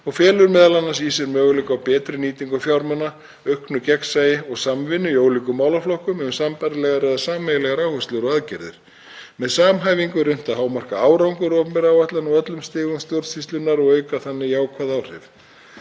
og felur m.a. í sér möguleika á betri nýtingu fjármuna, auknu gegnsæi og samvinnu í ólíkum málaflokkum um sambærilegar eða sameiginlegar áherslur og aðgerðir. Með samhæfingu er unnt að hámarka árangur opinberra áætlana á öllum stigum stjórnsýslunnar og auka þannig jákvæð áhrif.